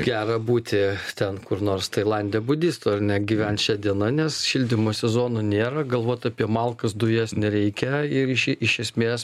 gera būti ten kur nors tailande budistu ar ne gyvent šia diena nes šildymo sezonų nėra galvot apie malkas dujas nereikia ir iš iš esmės